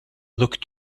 looked